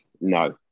No